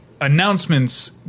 announcements